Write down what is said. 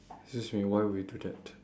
excuse me why would you do that